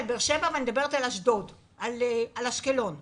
באר-שבע, אשקלון ואשדוד,